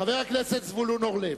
חבר הכנסת זבולון אורלב,